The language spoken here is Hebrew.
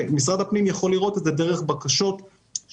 משרד הפנים יכול לראות את זה דרך הבקשות שהרשויות